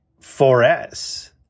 4S